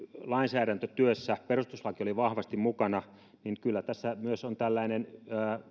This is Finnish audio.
lainsäädäntötyössä perustuslaki oli vahvasti mukana niin kyllä tässä myös on tällainen